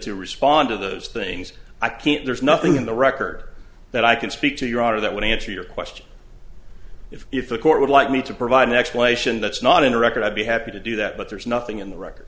to respond to those things i can't there's nothing in the record that i can speak to your honor that would answer your question if if the court would like me to provide an explanation that's not in the record i'd be happy to do that but there's nothing in the record